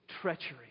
treachery